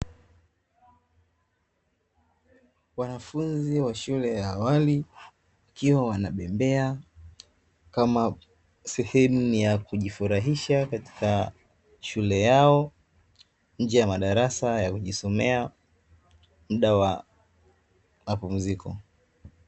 Wanafunzi wa shule ya awali wakiwa wanabembea kama sehemu ya kujifurahisha katika shule yao nje ya madarasa ya kujisomea mda wa mapumziko.